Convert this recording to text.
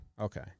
Okay